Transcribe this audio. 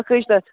اکٲے چھِ تتھ